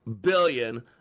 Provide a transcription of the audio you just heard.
billion